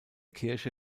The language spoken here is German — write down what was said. kirche